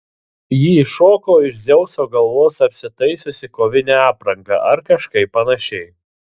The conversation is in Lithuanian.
ji iššoko iš dzeuso galvos apsitaisiusi kovine apranga ar kažkaip panašiai